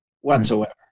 whatsoever